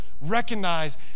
recognize